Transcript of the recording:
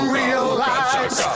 realize